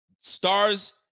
stars